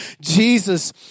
Jesus